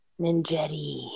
Ninjetti